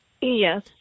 Yes